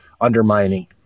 undermining